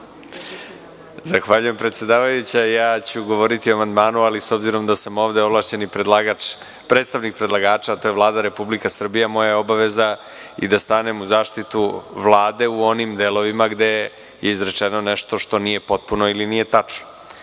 Zahvaljujem predsedavajuća. Govoriću o amandmanu, ali s obzirom da sam ovde predstavnik predlagača, a to je Vlada Republike Srbije, moja je obaveza da stanem u zaštitu Vlade u onim delovima gde je izrečeno nešto što je nepotpuno ili netačno.U